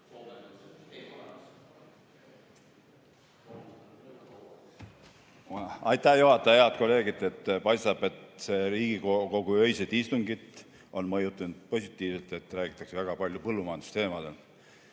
Aitäh juhataja! Head kolleegid! Paistab, et Riigikogu öised istungid on mõjunud positiivselt, sest räägitakse väga palju põllumajandusteemadel.